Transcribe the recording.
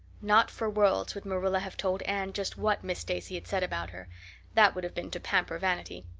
not for worlds would marilla have told anne just what miss stacy had said about her that would have been to pamper vanity.